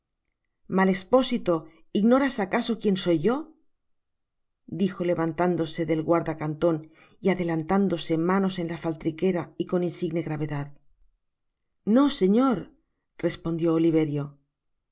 mal espósito ignoras acaso quien soy yo dijo levantándose del guarda canton y adelantándose manos en la faltriquéra y con insigne gravedad no señor respendió oliverio